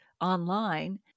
online